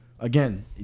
Again